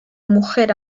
mujer